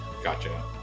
Gotcha